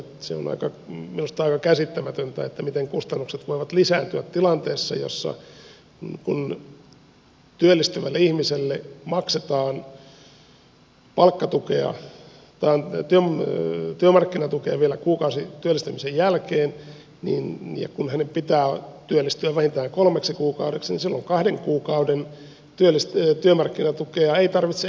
se on minusta aika käsittämätöntä että miten kustannukset voivat lisääntyä tilanteessa jossa työllistyvälle ihmiselle maksetaan työmarkkinatukea vielä kuukausi työllistymisen jälkeen mutta kun hänen pitää työllistyä vähintään kolmeksi kuukaudeksi niin silloin kahden kuukauden työmarkkinatukea ei tarvitse enää maksaa